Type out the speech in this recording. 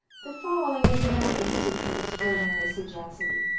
the following is another instance of extraordinary sagacity.